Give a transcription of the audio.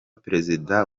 perezida